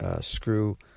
screw